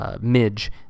midge